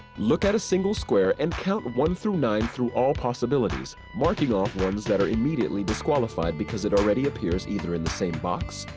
look at a single square, and count one through nine through all possibilities, marking off ones that are immediately disqualified because it already appears either in the same box,